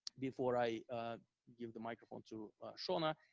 before i give the microphone to shawna.